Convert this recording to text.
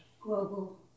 Global